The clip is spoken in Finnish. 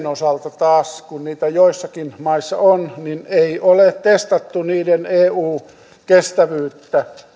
osalta taas kun niitä joissakin maissa on ei ole testattu niiden eu kestävyyttä